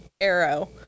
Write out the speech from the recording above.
arrow